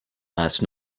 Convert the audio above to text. last